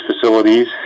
facilities